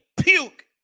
puke